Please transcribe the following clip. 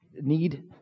need